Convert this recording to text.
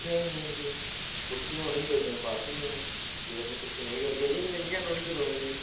पुट्ठियां होई होंदियां पुट्ठी होनी ते गेम पास होई जानी जे असें पुट्ठी नेईं करगे इ'यां रौह्नी खड़ोनी दी